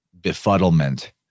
befuddlement